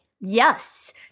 Yes